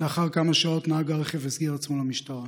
לאחר כמה שעות נהג הרכב הסגיר את עצמו למשטרה.